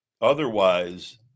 Otherwise